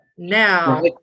Now